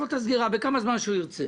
בכמה זמן שהוא ירצה.